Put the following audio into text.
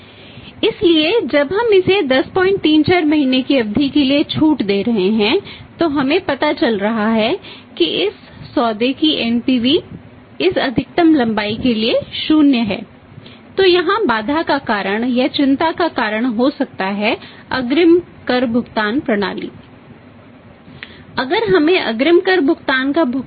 इसलिए जब हम इसे 1034 महीने की अवधि के लिए छूट दे रहे हैं तो हमें पता चल रहा है कि इस सौदे की एनपीवी सकारात्मक होगा